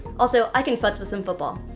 also, i can futs with some football.